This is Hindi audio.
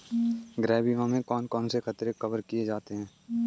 गृह बीमा में कौन कौन से खतरे कवर किए जाते हैं?